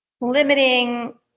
Limiting